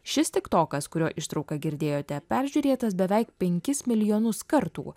šis tiktokas kurio ištrauką girdėjote peržiūrėtas beveik penkis milijonus kartų